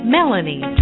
Melanie